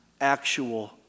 actual